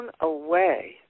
away